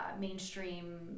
mainstream